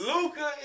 Luca